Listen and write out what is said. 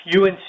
UNC